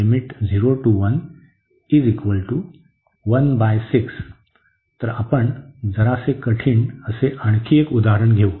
तर आपण जरासे कठीण असे आणखी एक उदाहरण घेऊ